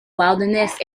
wilderness